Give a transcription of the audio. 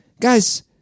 Guys